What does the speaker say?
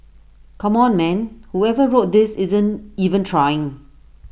come on man whoever wrote this isn't even trying